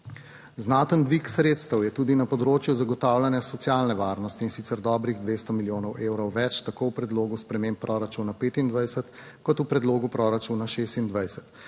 Znaten dvig sredstev je tudi na področju zagotavljanja socialne varnosti, in sicer dobrih 200 milijonov evrov več, tako v predlogu sprememb proračuna 25 kot v predlogu proračuna 26.